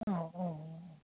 औ अह